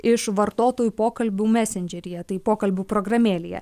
iš vartotojų pokalbių mesendžeryje tai pokalbių programėlėje